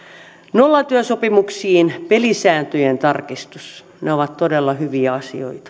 nollatyösopimuksiin pelisääntöjen tarkistus ne ovat todella hyviä asioita